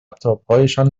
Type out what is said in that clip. لپتاپهایشان